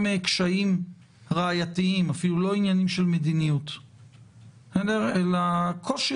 קשיים ראייתיים אפילו לא ענייניים של מדיניות אלא קושי